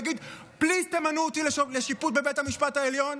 להגיד: פליז תמנו אותי לשיפוט בבית המשפט העליון.